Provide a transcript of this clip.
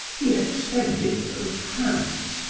he extended both hands,